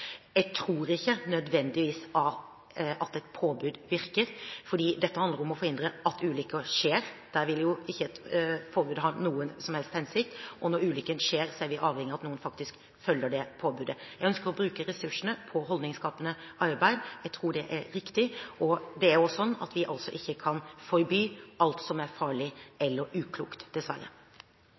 Jeg tror ikke nødvendigvis at et påbud virker, fordi dette handler om å forhindre at ulykker skjer, og der vil ikke et påbud ha noen som helst hensikt. Når ulykken skjer, er vi avhengige av at noen faktisk følger det påbudet. Jeg ønsker å bruke ressursene på holdningsskapende arbeid. Jeg tror det er riktig. Vi kan ikke forby alt som er farlig eller uklokt, dessverre.